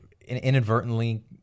inadvertently